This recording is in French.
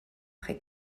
pre